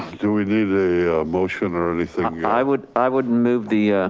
do we need a motion or anything? i would i would move the